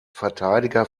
verteidiger